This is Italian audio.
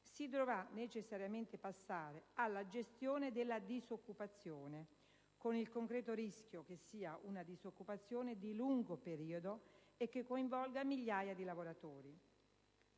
si dovrà necessariamente passare alla gestione della disoccupazione, con il concreto rischio che sia una disoccupazione di lungo periodo e che coinvolga migliaia di lavoratori.